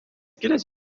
kilęs